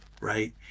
right